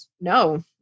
no